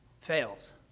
fails